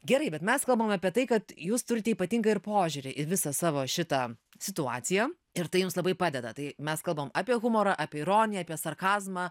gerai bet mes kalbam apie tai kad jūs turit ypatingą ir požiūrį į visą savo šitą situaciją ir tai jums labai padeda tai mes kalbam apie humorą apie ironiją sarkazmą